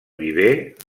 viver